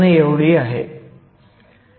56 आहे